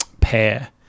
pair